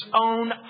own